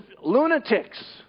lunatics